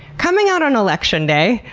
coming out on election day.